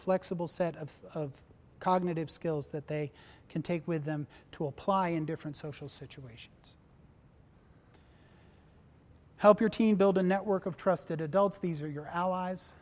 flexible set of cognitive skills that they can take with them to apply in different social situations help your team build a network of trusted adults these are your allies